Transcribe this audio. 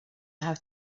how